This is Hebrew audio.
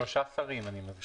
שלושה שרים, אני מבין.